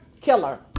killer